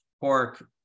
pork